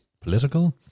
political